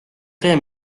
tea